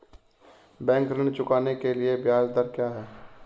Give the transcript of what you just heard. Bank ऋण चुकाने के लिए ब्याज दर क्या है?